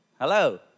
Hello